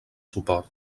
suport